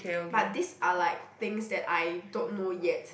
but these are like things that I don't know yet